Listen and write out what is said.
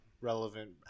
relevant